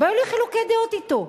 והיו לי חילוקי דעות אתו.